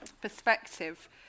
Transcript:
perspective